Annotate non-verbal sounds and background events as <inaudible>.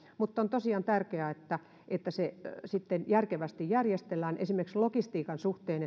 mutta on tosiaan tärkeää että että se sitten järkevästi järjestellään esimerkiksi logistiikan suhteen <unintelligible>